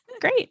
great